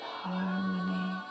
harmony